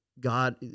God